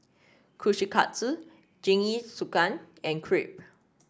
Kushikatsu Jingisukan and Crepe